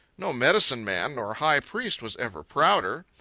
no medicine man nor high priest was ever prouder.